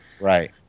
Right